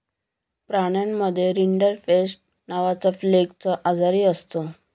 प्राण्यांमध्ये रिंडरपेस्ट नावाचा प्लेगचा आजारही असतो